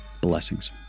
Blessings